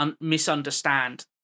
misunderstand